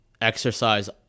exercise